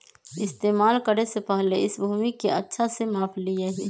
इस्तेमाल करे से पहले इस भूमि के अच्छा से माप ली यहीं